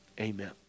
Amen